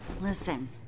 Listen